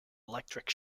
electric